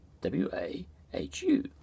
W-A-H-U